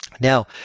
now